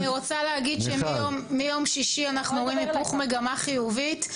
אני רוצה להגיד שמיום שישי אנחנו רואים היפוך מגמה חיובית,